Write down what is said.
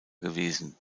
gewesen